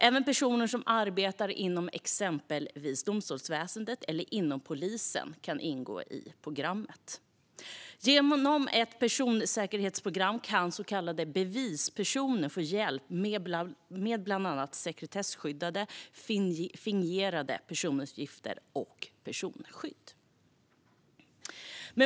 Även personer som arbetar inom exempelvis domstolsväsendet eller inom polisen kan ingå i programmet. Med hjälp av ett personsäkerhetsprogram kan så kallade bevispersoner få hjälp med bland annat sekretesskyddade fingerade personuppgifter och personskydd.